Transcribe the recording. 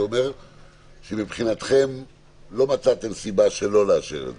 זה אומר שמבחינתכם לא מצאתם סיבה שלא לאשר את זה.